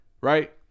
right